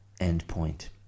endpoint